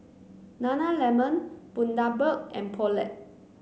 Nana Lemon Bundaberg and Poulet